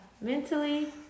mentally